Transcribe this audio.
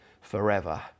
forever